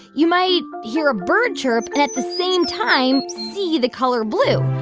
you might hear a bird chirp and, at the same time, see the color blue.